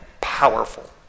powerful